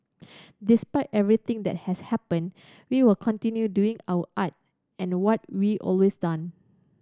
despite everything that has happened we will continue doing our art and what we always done